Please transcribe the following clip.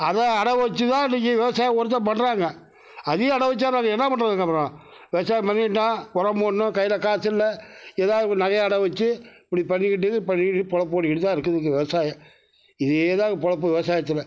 அதுவும் அடகு வச்சுதான் இன்னிக்கு விவசாயம் முழுதா பண்ணுறாங்க அதையும் அடகு வைச்சா நாங்கள் என்ன பண்ணுறதுங்க அப்புறம் விவசாயம் பண்ணிவிட்டோம் உரம் போடணும் கையில் காசு இல்லை எதாவது ஒரு நகையை அடகு வச்சு இப்படி பண்ணிக்கிட்டு பண்ணிக்கிட்டு பிழைப்பு ஓடிக்கிட்டுதான் இருக்குது இன்னிக்கு விவசாயம் இதேதாங்க பிழைப்பு விவசாயத்துல